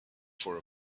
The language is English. for